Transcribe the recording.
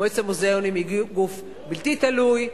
מועצת המוזיאונים היא גוף בלתי תלוי,